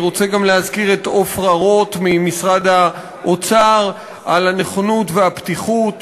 אני רוצה גם להזכיר את עפרה רוס ממשרד האוצר על הנכונות והפתיחות.